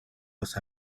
los